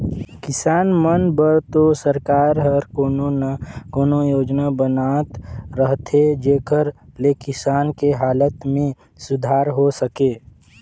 किसान मन बर तो सरकार हर कोनो न कोनो योजना बनात रहथे जेखर ले किसान के हालत में सुधार हो सके